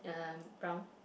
um brown